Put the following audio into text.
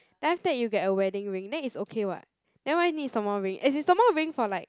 then after that you get a wedding ring then it's okay [what] then why need some more ring as in some more ring for like